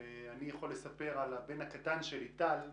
אני יכול לספר על הבן הקטן שלי, טל,